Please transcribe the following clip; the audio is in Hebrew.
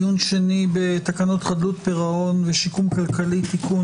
על סדר היום: דיון שני בהצעת תקנות חדלות פירעון ושיקום כלכלי (תיקון),